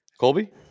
Colby